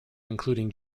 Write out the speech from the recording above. including